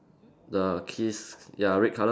the kiss ya red colour